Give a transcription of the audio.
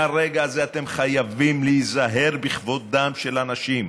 מהרגע הזה אתם חייבים להיזהר בכבודם של אנשים,